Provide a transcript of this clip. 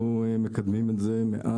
אנחנו מקדמים את זה מאז